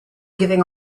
giving